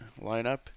lineup